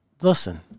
Listen